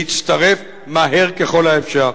להצטרף מהר ככל האפשר.